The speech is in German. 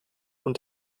und